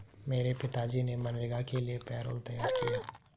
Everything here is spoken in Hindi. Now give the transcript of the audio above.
मेरे पिताजी ने मनरेगा के लिए पैरोल तैयार किया